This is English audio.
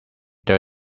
there